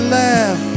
laugh